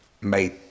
made